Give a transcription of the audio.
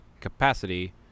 capacity